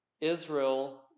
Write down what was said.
Israel